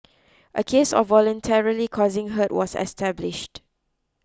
a case of voluntarily causing hurt was established